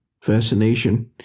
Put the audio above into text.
fascination